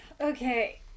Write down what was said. Okay